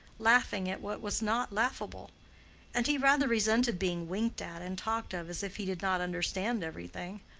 laughing at what was not laughable and he rather resented being winked at and talked of as if he did not understand everything.